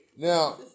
Now